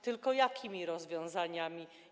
Tylko jakimi rozwiązaniami?